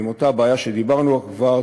עם אותה בעיה שדיברנו עליה כבר,